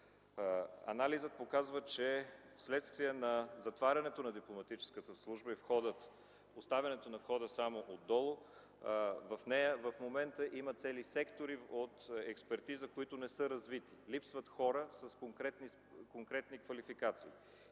Анализът показва, че вследствие на затварянето на Дипломатическата служба и поставянето на входа само отдолу в нея, в момента има цели сектори от експертиза, които не са развити. Липсват хора с конкретни квалификации.